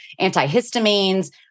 antihistamines